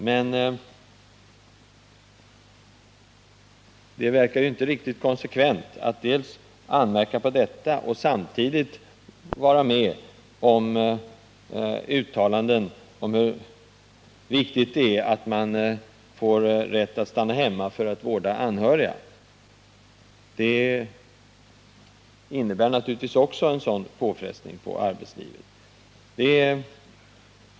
Men det är inte konsekvent att samtidigt som man anför detta argument ställa sig bakom uttalanden om hur viktigt det är att ge möjlighet att stanna hemma för att vårda anhöriga. Det innebär en påfrestning av motsvarande slag på arbetslivet.